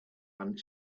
planet